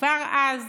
כבר אז